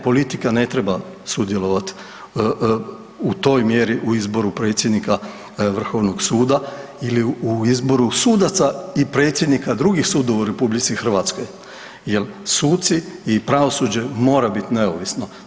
Politika ne treba sudjelovati u toj mjeri u izboru predsjednika VSRH ili u izboru sudaca i predsjednika drugih sudova u RH jer, suci i pravosuđe mora biti neovisno.